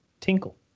tinkle